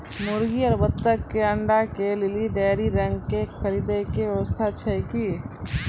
मुर्गी आरु बत्तक के अंडा के लेली डेयरी रंग के खरीद के व्यवस्था छै कि?